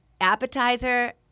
appetizer